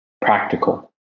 practical